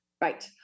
Right